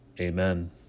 Amen